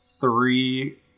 three